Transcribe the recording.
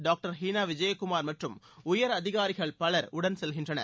doctor Heena Vijayakumar மற்றும் உயர் அதிகாரிகள் பலர் உடன் செல்கின்றனர்